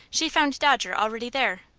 she found dodger already there.